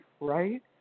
right